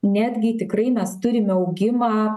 netgi tikrai mes turime augimą